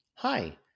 Hi